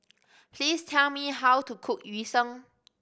please tell me how to cook Yu Sheng